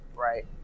Right